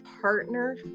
partner